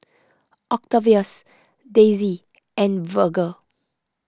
Octavius Daisye and Virge